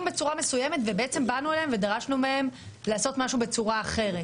בצורה מסוימת ובעצם באנו ודרשנו מהם לעשות משהו בצורה אחרת.